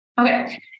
Okay